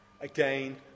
again